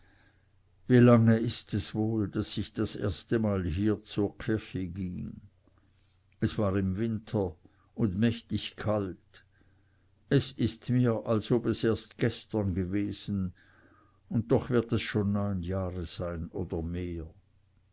wie lange ist es wohl daß ich das erstemal hier zur kirche ging es war im winter und mächtig kalt es ist mir als ob es erst gestern gewesen und doch wird es schon neun jahre sein oder mehr